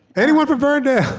anyone from verndale?